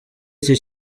iki